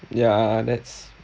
ya that's